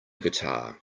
guitar